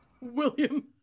William